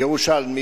ירושלמי,